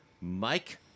Mike